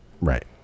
Right